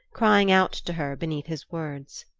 crying out to her beneath his words.